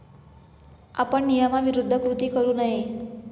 आपण नियमाविरुद्ध कृती करू नये